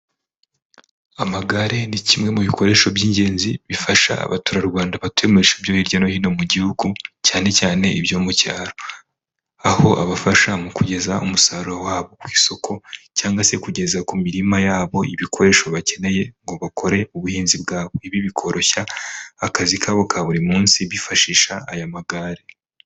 Amagare ni kimwe mu bikoresho by'ingenzi bifasha abaturarwanda batuye mu bice byo hirya no hino mu gihugu, cyane cyane ibyo mu cyaro, aho abafasha mu kugeza umusaruro wabo ku isoko cyangwa se kugeza ku mirima yabo, ibikoresho bakeneye ngo bakore ubuhinzi bwabo, ibi bikoroshya akazi kabo ka buri munsi bifashisha aya magare.